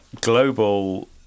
global